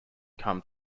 become